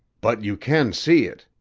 but you can see it.